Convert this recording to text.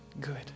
good